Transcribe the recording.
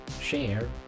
share